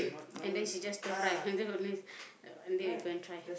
and then she just stir-fry and then only uh until we go and try